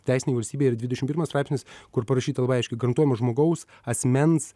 teisinėj valstybėj ir dvidešim pirmas straipsnis kur parašyta labai aiškiai garantuojama žmogaus asmens